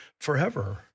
forever